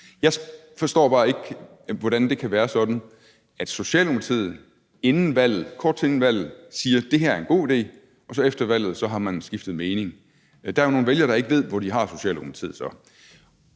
Jeg forstår bare ikke, hvordan det kan være sådan, at Socialdemokratiet kort tid inden valget siger, at det her er en god idé, men efter valget har man skiftet mening. Der er nogle vælgere, der ikke ved, hvor de så har Socialdemokratiet.